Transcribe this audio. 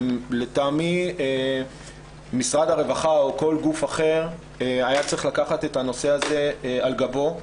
לדעתי משרד הרווחה או כל גוף אחר היה צריך לקחת את הנושא הזה על גבו.